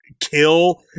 kill